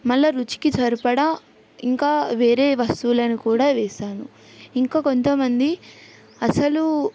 మళ్ళీ రుచికి సరిపడా ఇంకా వేరే వస్తువులను కూడా వేశాను ఇంకా కొంతమంది అసలు